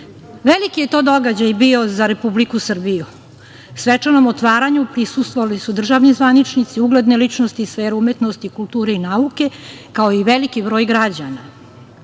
je to događaj bio za Republiku Srbiju. Svečanom otvaranju prisustvovali su državni zvaničnici, ugledne ličnosti iz sfere umetnosti, kulture i nauke, kao i veliki broj građana.